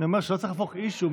אני אומר שלא צריך לעשות issue,